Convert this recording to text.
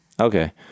Okay